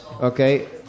okay